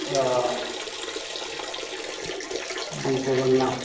ওঃ বুঝতে পারলাম